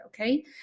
okay